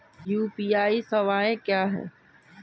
UPI सवायें क्या हैं?